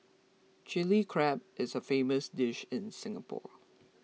Chilli Crab is a famous dish in Singapore